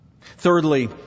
Thirdly